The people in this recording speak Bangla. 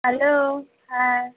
হ্যালো হ্যাঁ